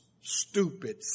stupid